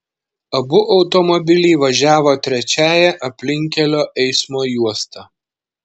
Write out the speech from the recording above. abu automobiliai važiavo trečiąja aplinkkelio eismo juosta